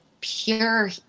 pure